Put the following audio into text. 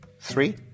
Three